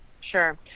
Sure